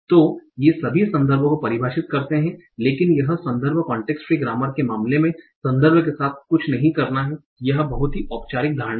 तो ये सभी संदर्भ को परिभाषित करते हैं लेकिन यह संदर्भ कांटेक्स्ट फ्री ग्रामर के मामले में संदर्भ के साथ कुछ नहीं करना है यह बहुत ही औपचारिक धारणा है